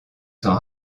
s’en